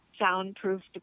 soundproofed